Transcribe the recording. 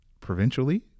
provincially